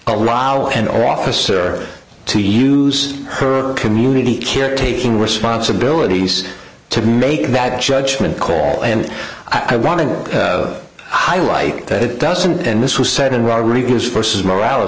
allow an officer to use her community caretaking responsibilities to make that judgment call and i want to highlight that it doesn't and this was said in rodriguez st as morale